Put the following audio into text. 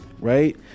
right